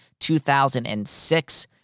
2006